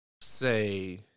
say